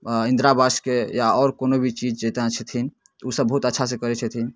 अऽ इन्दिरावासके या आओर कोनो भी चीज जतना छथिन तऽ ओसभ बहुत अच्छासँ करै छथिन